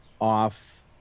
off